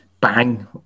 Bang